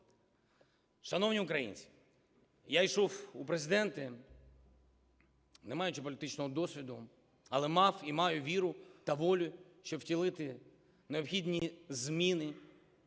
Шановні українці, я йшов у Президенти, не маючи політичного досвіду, але мав і маю віру та волю, щоб втілити необхідні зміни.